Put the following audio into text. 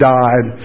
died